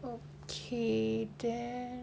okay then